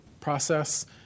process